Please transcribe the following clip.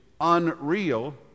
unreal